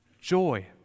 joy